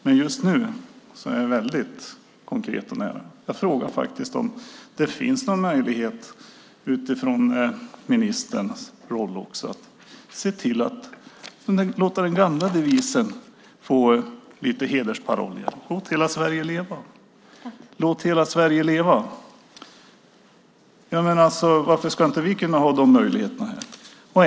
Men just nu är jag väldigt konkret och nära. Jag undrar om ministern anser att det finns möjlighet att låta den gamla devisen bli en hedersparoll igen: Låt hela Sverige leva! Varför ska inte vi kunna ha de möjligheterna här?